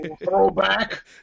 throwback